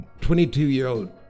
22-year-old